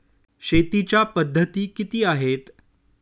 शेतीच्या पद्धती किती आहेत?